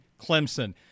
Clemson